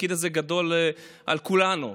התפקיד הזה גדול על כולנו,